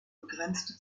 begrenzte